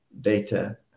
data